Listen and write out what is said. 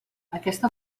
aquesta